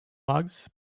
bugs